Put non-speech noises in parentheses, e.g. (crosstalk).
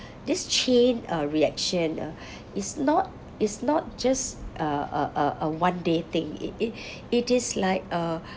(breath) this chain uh reaction ah is not is not just uh a a a one day thing it it (breath) it is like uh